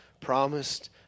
promised